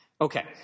okay